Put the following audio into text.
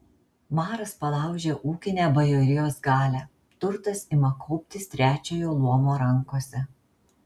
maras palaužia ūkinę bajorijos galią turtas ima kauptis trečiojo luomo rankose